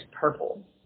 purple